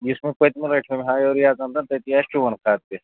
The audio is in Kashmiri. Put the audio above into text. یُس مےٚ پٔتۍمہِ لَٹہِ ہُم ہایو ریاض احمدَن تٔتی آسہِ چون خاتہٕ تہِ